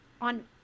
on